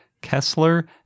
Kessler